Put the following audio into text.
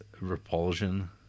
Repulsion